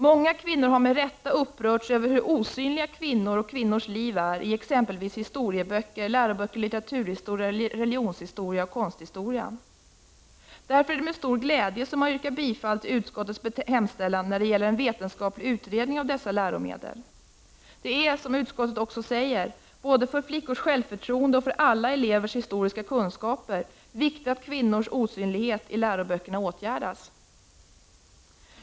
Många kvinnor har med rätta upprörts över hur osynliga kvinnor och kvinnors liv är i exempelvis historieböcker samt i läroböcker i litteraturhistoria, i religionshistoria och i konsthistoria m.m. Därför är det med stor glädje som jag yrkar bifall till utskottets hemställan när det gäller en vetenskaplig utredning av dessa läromedel. Det är, som utskottet också säger, både för flickors självförtroende och för alla elevers historiska kunskaper viktigt att kvinnors osynlighet i läroböckerna åtgärdas.